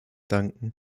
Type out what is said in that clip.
danken